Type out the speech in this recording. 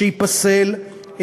שייפסל,